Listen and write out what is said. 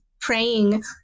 praying